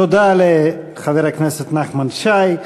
תודה לחבר הכנסת נחמן שי.